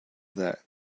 that